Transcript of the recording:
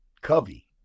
Covey